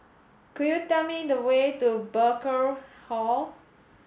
could you tell me the way to Burkill Hall